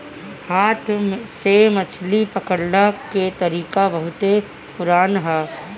हाथ से मछरी पकड़ला के तरीका बहुते पुरान ह